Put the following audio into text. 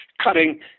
cutting